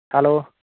hello